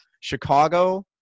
Chicago